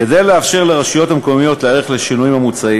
כדי לאפשר לרשויות המקומיות להיערך לשינויים המוצעים,